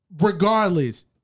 regardless